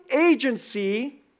agency